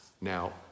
Now